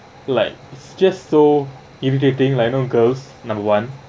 like it's just so irritating like you know girl number one